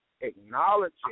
acknowledging